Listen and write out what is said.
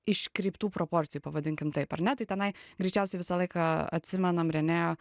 iškreiptų proporcijų pavadinkim taip ar ne tai tenai greičiausiai visą laiką atsimenam renė